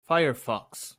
firefox